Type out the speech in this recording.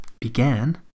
began